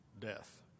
death